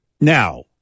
Now